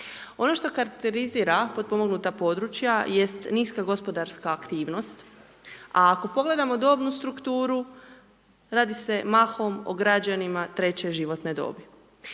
Ono što karakterizira potpomognuta područja jest niska gospodarska aktivnost, a ako pogledamo dobnu strukturu radi se mahom o građanima treće životne dobi.